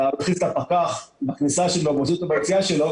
את מכניסה את הפקח בכניסה של הנחל או ביציאה שלו